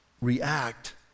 react